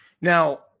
Now